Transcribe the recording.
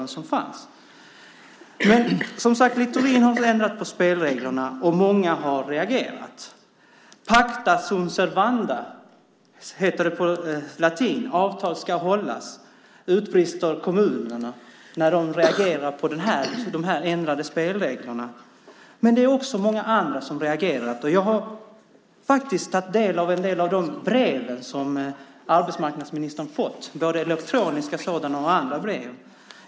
Littorin har, som sagt, ändrat spelreglerna och många har reagerat. Pacta sunt servanda heter det på latin. Avtal ska hållas, utbrister kommunerna när de reagerar på de ändrade spelreglerna. Även många andra har reagerat. Jag har tagit del av en del av de brev som arbetsmarknadsministern har fått, både elektroniska och andra.